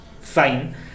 fine